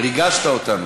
ריגשת אותנו.